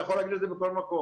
אתה יכול להגיד את זה בכל מקום.